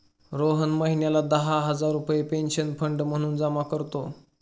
रोहन महिन्याला दहा हजार रुपये पेन्शन फंड म्हणून जमा करतो